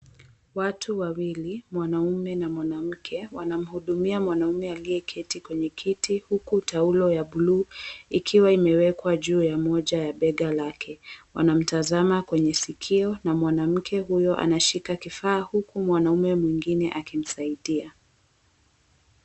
Watu wawili mwanaume na mwanamke wanamhudumia mwanaume aliyeketi kwenye kiti, huku taulo ya buluu ikiwa imeekwa juu ya moja bega lake, wanamtazama kwenye sikio na mwanamke anashika kifaa huku mwanaume mwingine akimsaidia.